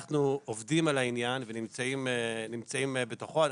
אנחנו עובדים על העניין ונמצאים בתוכו.